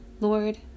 Lord